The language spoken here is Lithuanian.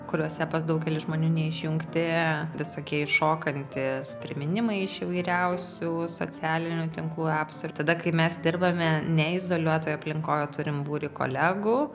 kuriuose pas daugelį žmonių neišjungti visokie iššokantys priminimai iš įvairiausių socialinių tinklų epsų ir tada kai mes dirbame ne izoliuotoj aplinkoj o turim būrį kolegų